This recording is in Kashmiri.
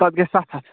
تتھ گژھِ سَتھ ہَتھ